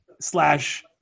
slash